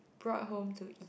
brought home to eat